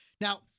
Now